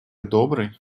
добрый